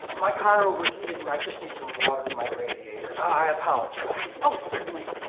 my car overheated and i just need some water for my radiator. i apologize. oh, certainly.